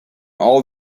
all